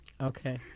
Okay